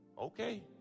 Okay